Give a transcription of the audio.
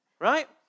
Right